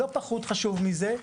לא פחות חשוב מזה,